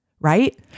right